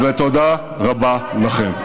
ותודה רבה לכם.